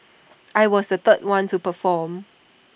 I was the third one to perform